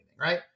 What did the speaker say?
Right